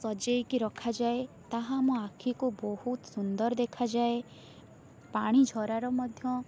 ସଜେଇକି ରଖାଯାଏ ତାହା ଆମ ଆଖିକୁ ବହୁତ ସୁନ୍ଦର ଦେଖାଯାଏ ପାଣି ଝରାର ମଧ୍ୟ